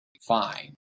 fine